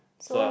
so